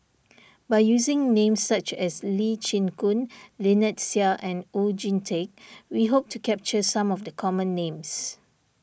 by using names such as Lee Chin Koon Lynnette Seah and Oon Jin Teik we hope to capture some of the common names